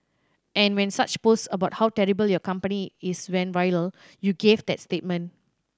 and when such posts about how terrible your company is went viral you gave that statement